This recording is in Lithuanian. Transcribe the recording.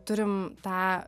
turim tą